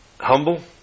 humble